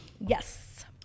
Yes